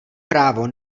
právo